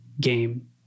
game